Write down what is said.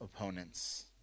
opponents